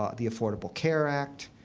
ah the affordable care act,